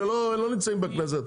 שלא נמצאים בכנסת,